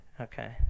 okay